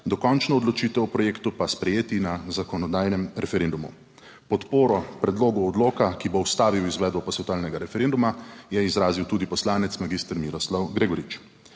dokončno odločitev o projektu pa sprejeti na zakonodajnem referendumu. Podporo predlogu odloka, ki bo ustavil izvedbo posvetovalnega referenduma, je izrazil tudi poslanec magister Miroslav Gregorič.